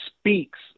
speaks